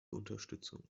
unterstützung